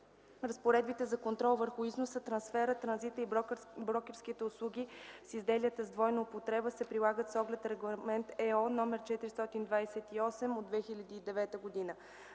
Разпоредбите за контрол върху износа, трансфера, транзита и брокерските услуги с изделията с двойна употреба се прилагат с оглед Регламент (ЕО) № 428/2009.